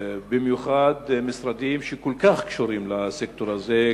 במיוחד משרדים שכל כך קשורים לסקטור הזה,